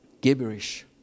gibberish